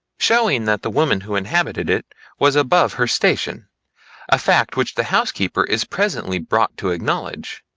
showing that the woman who inhabited it was above her station a fact which the housekeeper is presently brought to acknowledge.